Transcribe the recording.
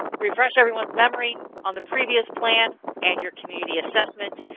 refresh everyone's memory on the previous plans and you community assessment.